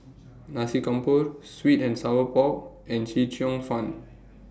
Nasi Campur Sweet and Sour Pork and Chee Cheong Fun